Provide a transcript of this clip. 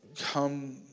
come